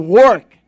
work